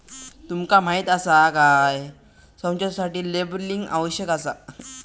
तुमका माहीत आसा काय?, संचारासाठी लेबलिंग आवश्यक आसा